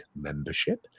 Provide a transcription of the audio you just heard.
membership